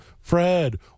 Fred